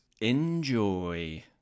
Enjoy